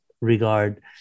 regard